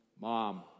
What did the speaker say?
Mom